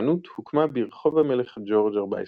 החנות הוקמה ברחוב המלך ג'ורג' 14,